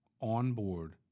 onboard